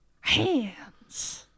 hands